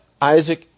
Isaac